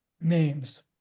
Names